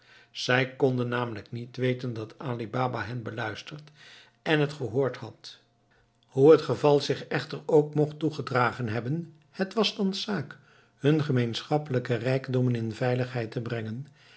zij konden namelijk niet weten dat ali baba hen beluisterd en het gehoord had hoe het geval zich echter ook mocht toegedragen hebben het was thans zaak hun gemeenschappelijke rijkdommen in veiligheid te brengen